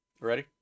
Ready